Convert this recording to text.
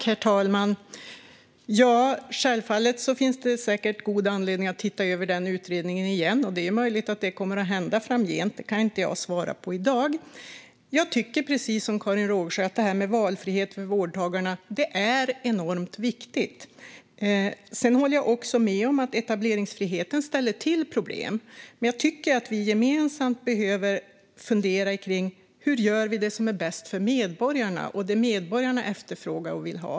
Herr talman! Det finns säkert goda anledningar att titta över den utredningen igen. Det är möjligt att det kommer att hända framdeles, men det kan jag inte svara på i dag. Jag tycker precis som Karin Rågsjö att det är enormt viktigt med valfrihet för vårdtagarna. Jag håller också med om att etableringsfriheten ställer till med problem. Men jag tycker att vi gemensamt behöver fundera kring hur vi gör det som är bäst för medborgarna och det som medborgarna efterfrågar och vill ha.